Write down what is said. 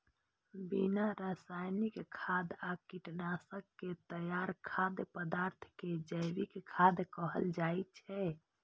बिना रासायनिक खाद आ कीटनाशक के तैयार खाद्य पदार्थ कें जैविक खाद्य कहल जाइ छै